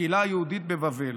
הקהילה היהודית בבבל.